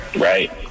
Right